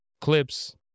clips